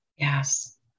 Yes